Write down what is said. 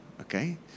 Okay